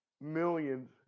millions